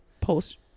post